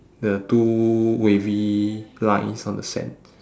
the two wavy lines on the sand